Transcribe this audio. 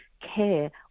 care